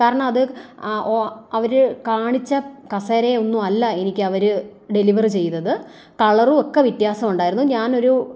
കാരണം അത് ആ ഓ അവർ കാണിച്ച കസേരയൊന്നുമല്ല എനിക്ക് അവർ ഡെലിവർ ചെയ്തത് കളറും ഒക്കെ വ്യത്യാസമുണ്ടയിരുന്നു ഞാനൊരു